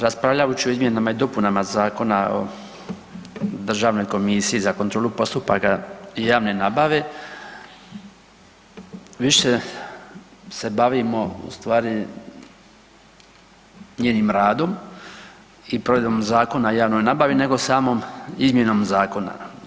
Raspravljajući o izmjenama i dopunama Zakona o Državnoj komisiji za kontrolu postupaka javne nabave više se bavimo ustvari njenim radom i provedbom Zakona o javnoj nabavi nego samom izmjenom zakona.